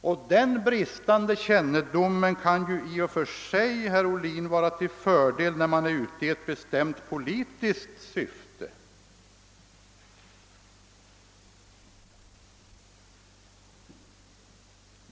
Och den bristande kännedomen kan ju i och för sig vara till fördel när man är ute i ett bestämt politiskt syfte.